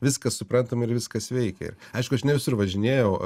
viskas suprantama ir viskas veikia aišku aš ne visur važinėjau